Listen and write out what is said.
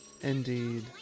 Indeed